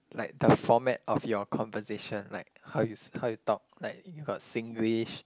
like the format of your conversation like how you how you talk like you got Singlish